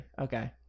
Okay